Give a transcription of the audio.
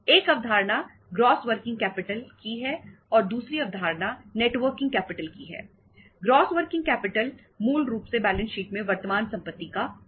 अब आपने working capital मूल रूप से बैलेंस शीट में वर्तमान संपत्ति का कुल है